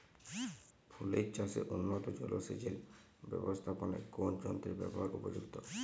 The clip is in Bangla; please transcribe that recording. ফুলের চাষে উন্নত জলসেচ এর ব্যাবস্থাপনায় কোন যন্ত্রের ব্যবহার উপযুক্ত?